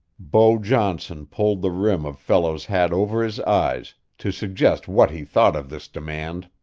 beau johnson pulled the rim of fellows's hat over his eyes to suggest what he thought of this demand.